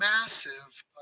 massive